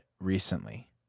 recently